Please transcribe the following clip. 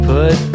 Put